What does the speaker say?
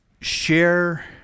share